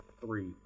three